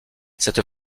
cette